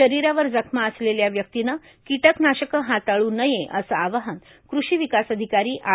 शरीरावर जखमा असलेल्या व्यक्तीने किटकनाशके हाताळू नये असे आवाहन कृषी विकास अधिकारी आर